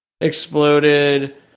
exploded